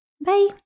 Bye